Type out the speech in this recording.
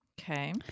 Okay